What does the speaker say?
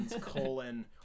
colon